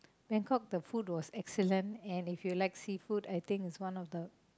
Bangkok the food was excellent and if you like seafood I think is one of the